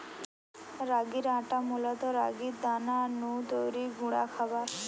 রাগির আটা মূলত রাগির দানা নু তৈরি গুঁড়া খাবার